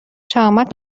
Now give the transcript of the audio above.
شهامت